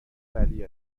ولی